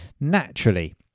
naturally